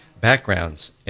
backgrounds